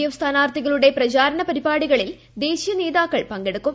F സ്ഥാനാർത്ഥികളുടെ പ്രചാരണ പരിപാടികളിൽ ദേശീയ നേതാക്കൾ പങ്കെടുക്കും